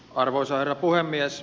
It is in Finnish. arvoisa herra puhemies